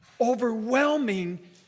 overwhelming